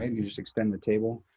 and you just extend the table.